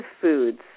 foods